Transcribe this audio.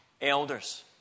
elders